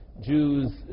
Jews